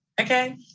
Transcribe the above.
Okay